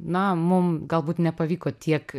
na mum galbūt nepavyko tiek